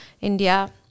India